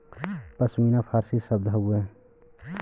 पश्मीना फारसी शब्द हउवे